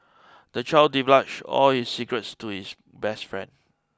the child divulged all his secrets to his best friend